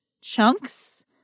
chunks